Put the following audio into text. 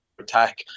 attack